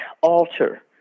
alter